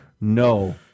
No